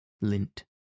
lint